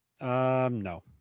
no